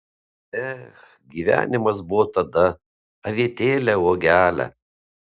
ech gyvenimas buvo tada avietėle uogele